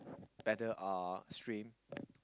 better uh stream